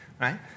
right